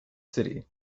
city